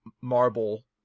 marble